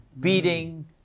beating